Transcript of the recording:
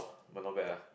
oh not bad ah